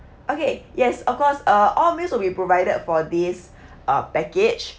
okay yes of course uh all meals will be provided for this uh package